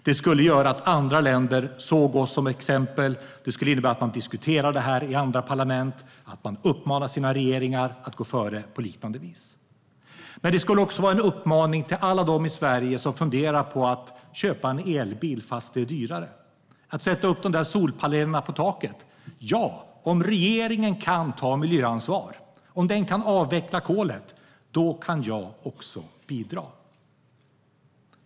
Det skulle göra att andra länder såg oss som exempel. Det skulle innebära att man skulle diskutera det här i andra parlament och att man skulle uppmana sina regeringar att gå före på liknande vis. Men det skulle också vara en uppmaning till alla dem i Sverige som funderar på att köpa en elbil fast det är dyrare och som funderar på att sätta upp solpaneler på taket. De skulle tänka: Ja, om regeringen kan ta miljöansvar och kan avveckla kolet kan jag också bidra.